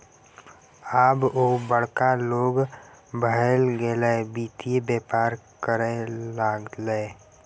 आब ओ बड़का लोग भए गेलै वित्त बेपार करय लागलै